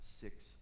six